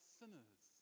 sinners